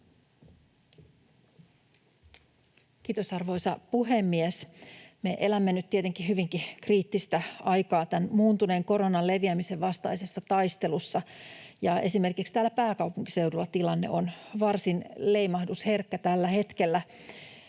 Kiitos, arvoisa puhemies! Me elämme nyt tietenkin hyvinkin kriittistä aikaa tämän muuntuneen koronan leviämisen vastaisessa taistelussa, ja esimerkiksi täällä pääkaupunkiseudulla tilanne on varsin leimahdusherkkä tällä hetkellä.